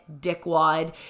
dickwad